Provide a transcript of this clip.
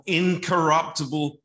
incorruptible